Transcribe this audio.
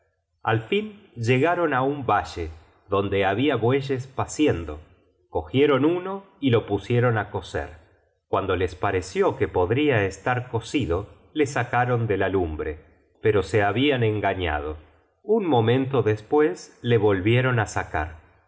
al fin llegaron á un valle donde habia bueyes paciendo cogieron uno y le pusieron á cocer cuando les pareció que podria estar cocido le sacaron de la lumbre pero se habian engañado un momento despues le volvieron á sacar el